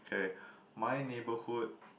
okay my neighbourhood